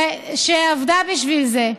שעבדה בשביל זה.